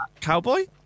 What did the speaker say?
cowboy